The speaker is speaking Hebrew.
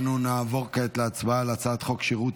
אנו נעבור כעת להצבעה על הצעת חוק שירות